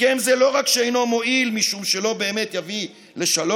הסכם זה לא רק שאינו מועיל משום שלא באמת יביא לשלום,